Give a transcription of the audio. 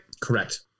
Correct